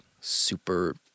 super